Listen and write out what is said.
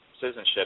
citizenship